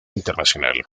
internacional